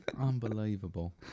Unbelievable